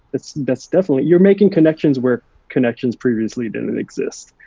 that's that's definitely, you're making connections where connections previously didn't and exist.